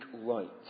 right